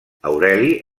aureli